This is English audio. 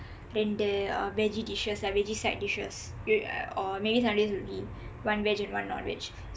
இரண்டு:irandu uh vege dishes lah vege side dishes you or maybe some days will be one veg and one non veg